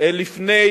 לפני